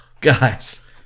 guys